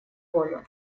волю